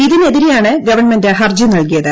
ഇതിനെതിരെയാണ് government ഹർജി നൽകിയത്